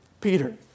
Peter